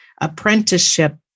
apprenticeship